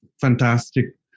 fantastic